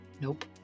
Nope